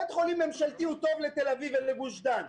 בית חולים ממשלתי טוב לתל אביב ולגוש דן,